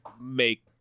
make